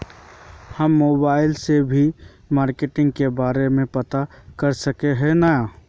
हम मोबाईल से भी मार्केट के बारे में पता कर सके है नय?